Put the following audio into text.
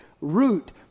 root